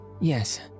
yes